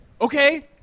Okay